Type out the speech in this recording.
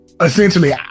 essentially